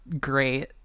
great